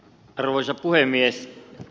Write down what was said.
arvoisa puhemies